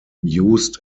used